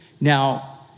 Now